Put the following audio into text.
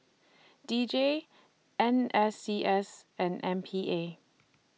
D J N S C S and M P A